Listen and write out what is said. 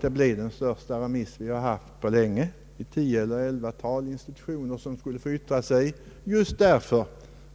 Det blir den mest omfattande remiss vi haft på länge; 10—11 remissinstanser får vttra sig just därför